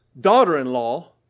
daughter-in-law